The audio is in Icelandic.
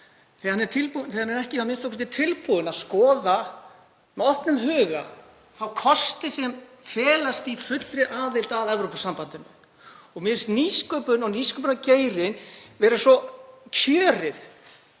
þótt hann sé ekki einu sinni tilbúinn að skoða með opnum huga þá kosti sem felast í fullri aðild að Evrópusambandinu. Mér finnst nýsköpun og nýsköpunargeirinn vera svo kjörið